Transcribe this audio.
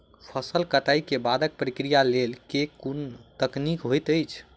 फसल कटाई केँ बादक प्रक्रिया लेल केँ कुन तकनीकी होइत अछि?